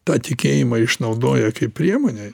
tą tikėjimą išnaudoja kaip priemonę